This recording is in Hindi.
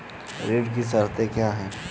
ऋण की शर्तें क्या हैं?